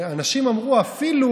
אנשים אמרו: אפילו